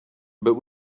but